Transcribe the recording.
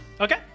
Okay